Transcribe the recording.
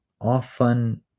often